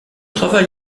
travail